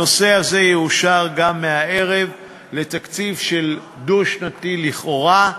הנושא הזה יאושר גם מהערב לתקציב של דו-שנתי לכאורה,